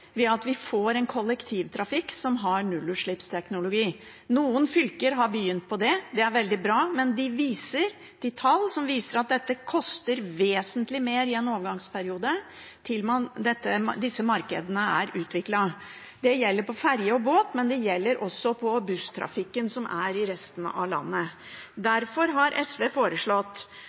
ved at vi får en kollektivtrafikk som har nullutslippsteknologi. Noen fylker har begynt på det, og det er veldig bra, men de viser til tall som viser at dette koster vesentlig mer i en overgangsperiode, til disse markedene er utviklet. Det gjelder for ferje og båt, men det gjelder også for busstrafikken i resten av landet. Derfor har SV foreslått